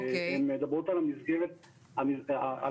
הן מדברות על המסגרת העסקית,